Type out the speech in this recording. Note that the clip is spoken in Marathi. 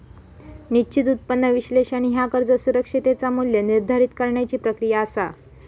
निश्चित उत्पन्न विश्लेषण ह्या कर्ज सुरक्षिततेचा मू्ल्य निर्धारित करण्याची प्रक्रिया असा